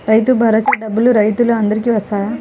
రైతు భరోసా డబ్బులు రైతులు అందరికి వస్తాయా?